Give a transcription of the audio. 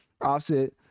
offset